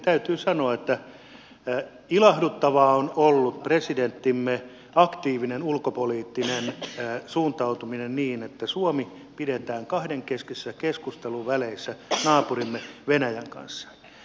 täytyy sanoa että ilahduttavaa on ollut presidenttimme aktiivinen ulkopoliittinen suuntautuminen niin että suomi pidetään kahdenkeskisissä keskusteluväleissä naapurimme venäjän kanssa